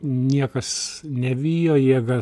niekas nevijo jėga